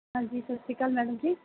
ਹਾਂਜੀ ਸਤਿ ਸ਼੍ਰੀ ਕਾਲ ਮੈਡਮ ਜੀ